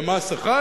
למס אחד,